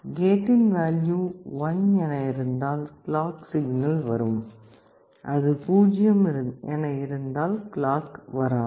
கேட்டின் வேல்யூ 1 என இருந்தால் கிளாக் சிக்னல் வரும் அது 0 என இருந்தால் கிளாக் வராது